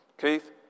Keith